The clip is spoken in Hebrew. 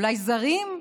אולי זרים,